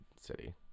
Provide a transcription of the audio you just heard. city